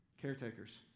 Caretakers